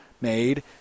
made